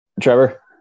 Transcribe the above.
Trevor